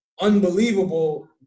unbelievable